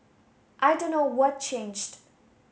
I don't know what changed